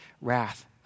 wrath